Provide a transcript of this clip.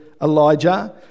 Elijah